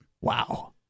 Wow